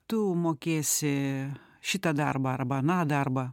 tu mokėsi šitą darbą arba aną darbą